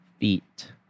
feet